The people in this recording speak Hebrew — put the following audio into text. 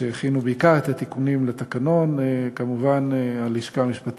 חוק ומשפט